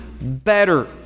better